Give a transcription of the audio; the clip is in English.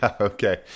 okay